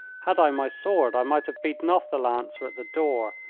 had i my sword i might have beaten off the lancer at the door,